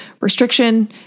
restriction